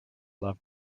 love